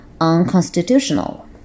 Unconstitutional